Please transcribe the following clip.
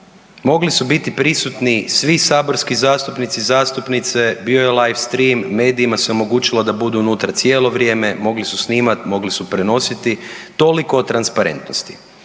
Mogli su biti prisutni svi saborski zastupnici i zastupnice, bio je live stream, medijima se omogućilo da budu unutra cijelo vrijeme, mogli su snimati, mogli su prenositi, toliko o transparentnosti.